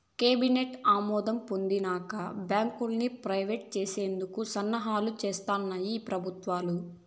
cabinet ఆమోదం పొందినంక బాంకుల్ని ప్రైవేట్ చేసేందుకు సన్నాహాలు సేస్తాన్నాయి ఈ పెబుత్వాలు